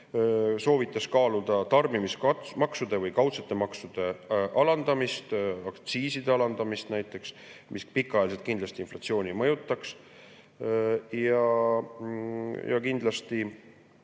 soovitas kaaluda tarbimismaksude või kaudsete maksude alandamist, aktsiiside alandamist näiteks, mis pikaajaliselt kindlasti inflatsiooni mõjutaks. Ta tõi